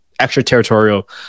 extraterritorial